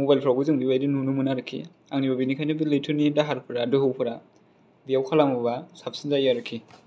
mobile फ्रावबो जों बिबादि नुनो मोनो आरोखि आंनिबा बेनिखायनो लैथोनि दाहारफोरा दोहौ फोरा बेयाव खालामोबा साबसिन जायो आरोखि